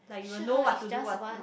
is just one